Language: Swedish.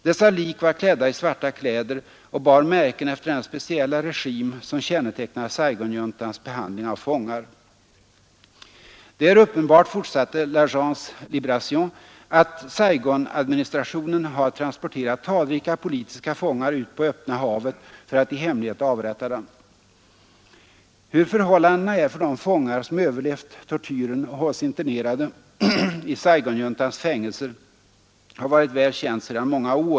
Dessa lik var klädda i svarta kläder och bar märken efter den speciella regim som kännetecknar Saigonjuntans behandling av fångar.” ”Det är uppenbart”, fortsatte P'Agence Libération, ”att Saigonadministrationen har transporterat talrika politiska fångar ut på öppna havet för att i hemlighet avrätta dem.” Hur förhållandena är för de fångar som överlevt tortyren och hålls internerade i Saigonjuntans fängelser har varit väl känt sedan många år.